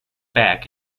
back